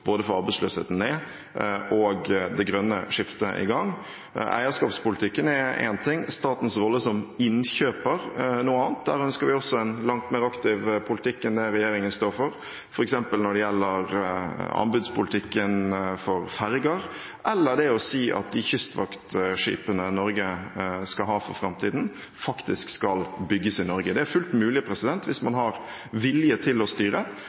innkjøper noe annet. Der ønsker vi også en langt mer aktiv politikk enn det regjeringen står for, f.eks. når det gjelder anbudspolitikken for ferger, eller å si at kystvaktskipene Norge skal ha i framtiden, faktisk skal bygges i Norge. Det er fullt mulig hvis man har vilje til å styre